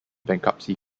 bankruptcy